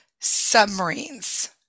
submarines